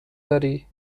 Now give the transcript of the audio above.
داری